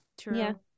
True